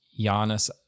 Giannis